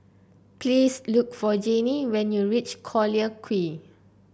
please look for Janie when you reach Collyer Quay